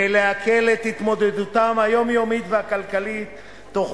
ולהקל את התמודדותם היומיומית והכלכלית תוך